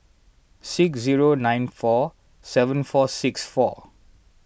six zero nine four seven four six four